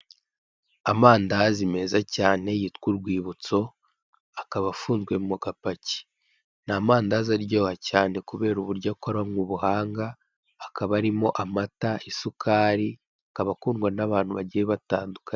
Amandazi meza cyane yitwa urwibutso, akaba afunzwe mu gapaki ni amandazi aryoha cyane kubera uburyo akora mu buhanga, akaba arimo: amata, isukari, akaba akundwa n'abantu bagiye batandukanye.